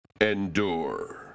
endure